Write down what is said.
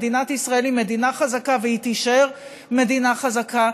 מדינת ישראל היא מדינה חזקה והיא תישאר מדינה חזקה,